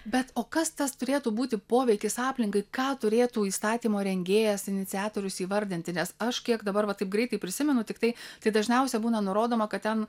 bet o kas tas turėtų būti poveikis aplinkai ką turėtų įstatymo rengėjas iniciatorius įvardinti nes aš kiek dabar va taip greitai prisimenu tiktai tai dažniausia būna nurodoma kad ten